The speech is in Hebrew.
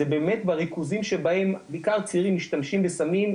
בריכוזים שבהם בעיקר צעירים משתמשים בסמים,